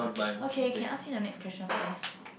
okay can ask me the next question first